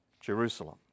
Jerusalem